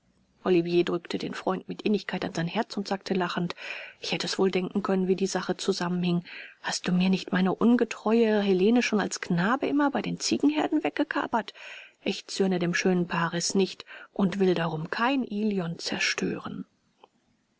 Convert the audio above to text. olivier drückte den freund mit innigkeit an sein herz und sagte lachend ich hätte es wohl denken können wie die sache zusammenhing hast du mir nicht meine ungetreue helene schon als knabe immer bei den ziegenherden weggekapert ich zürne dem schönen paris nicht und will darum kein ilion zerstören